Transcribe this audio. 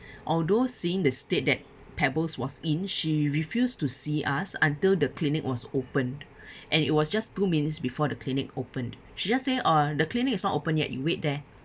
although seeing the state that pebbles was in she refused to see us until the clinic was opened and it was just two minutes before the clinic opened she just say uh the clinic is not open yet you wait there